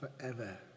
forever